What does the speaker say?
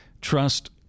Trust